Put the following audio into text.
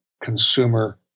consumer